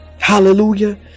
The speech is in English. Hallelujah